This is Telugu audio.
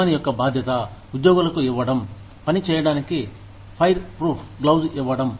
యజమాని యొక్క బాధ్యత ఉద్యోగులకు ఇవ్వడం పని చేయడానికి ఫైర్ ప్రూఫ్ గ్లౌజ్లు ఇవ్వడం